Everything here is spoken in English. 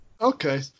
Okay